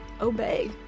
obey